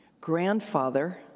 grandfather